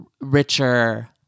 richer